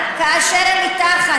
אבל כאשר הם מתחת,